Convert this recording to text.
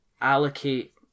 allocate